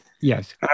Yes